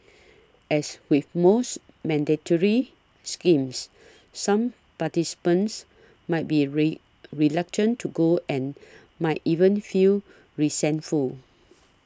as with most mandatory schemes some participants might be ray reluctant to go and might even feel resentful